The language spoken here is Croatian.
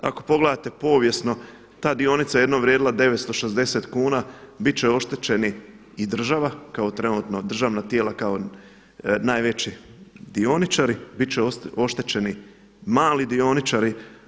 Ako pogledate povijesno ta dionica je jednom vrijedila 960 kuna, bit će oštećeni i država kao državna tijela kao najveći dioničari, bit će oštećeni mali dioničari.